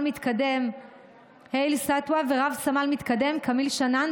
מתקדם האיל סתאוי ורב-סמל מתקדם כמיל שנאן,